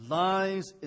lies